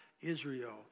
Israel